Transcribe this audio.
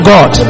God